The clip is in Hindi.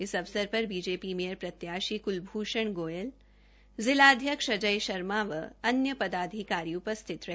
इस अवसर पर बीजेपी मेयर प्रत्याशी कुलभूषण गोयल जिला अध्यक्ष अजय शर्मा व अन्य भाजपा के पदाधिकारी उपस्थित रहे